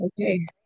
okay